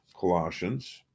Colossians